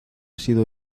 sido